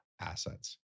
assets